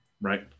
Right